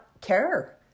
care